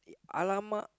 !alamak!